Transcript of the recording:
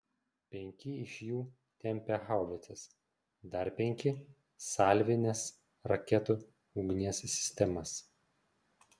penki iš jų tempė haubicas dar penki salvinės raketų ugnies sistemas